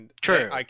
True